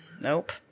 Nope